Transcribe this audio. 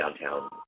downtown